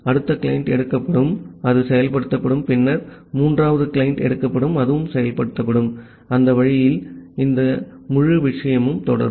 அடுத்த கிளையன்ட் எடுக்கப்படும் அது செயல்படுத்தப்படும் பின்னர் மூன்றாவது கிளையண்ட் எடுக்கப்படும் அது செயல்படுத்தப்படும் அந்த வழியில் இந்த முழு விஷயமும் தொடரும்